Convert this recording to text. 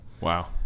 Wow